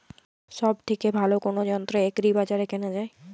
সব থেকে ভালো কোনো যন্ত্র এগ্রি বাজারে কেনা যায়?